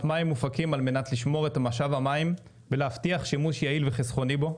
מים מופקים על-מנת לשמור את משאב המים ולהבטיח שימוש יעיל וחסכוני בו.